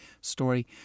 story